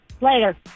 Later